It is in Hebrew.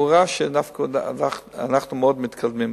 הוא ראה שאנחנו בארץ דווקא מאוד מתקדמים.